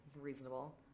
Reasonable